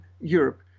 Europe